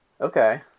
Okay